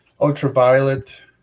Ultraviolet